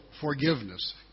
forgiveness